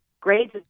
Grades